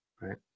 Right